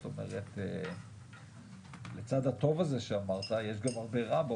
זאת אומרת, לצד הטוב הזה שאמרת יש גם הרבה רע.